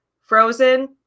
Frozen